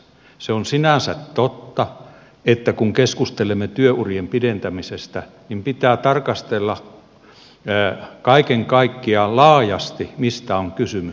se on sinänsä totta että kun keskustelemme työurien pidentämisestä niin pitää tarkastella kaiken kaikkiaan laajasti mistä on kysymys